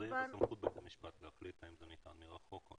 זה בסמכות בית המשפט להחליט האם זה ניתן מרחוק.